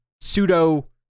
pseudo